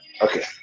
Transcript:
okay